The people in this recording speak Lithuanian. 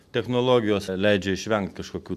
technologijos leidžia išvengti kažkokių